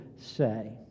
say